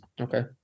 Okay